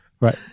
Right